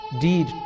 deed